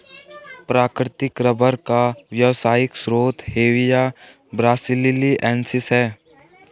प्राकृतिक रबर का व्यावसायिक स्रोत हेविया ब्रासिलिएन्सिस है